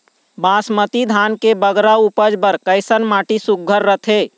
बासमती धान के बगरा उपज बर कैसन माटी सुघ्घर रथे?